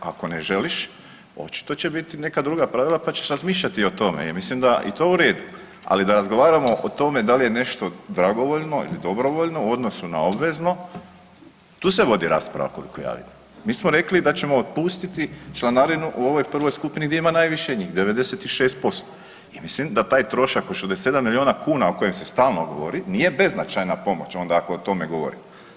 Ako ne želiš, očito će biti neka druga pravila pa ćeš razmišljati o tome jer mislim da je to u redu, ali da razgovaramo o tome da li je nešto dragovoljno ili dobrovoljno u odnosu na obvezno, tu se vodi rasprava ... Mi smo rekli da ćemo otpustiti članarinu u ovoj prvoj skupini gdje ima najviše njih, 96% i mislim da taj trošak od 67 milijuna kuna o kojima se stalno govori, nije beznačajna pomoć onda ako o tome govorimo.